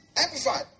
Amplified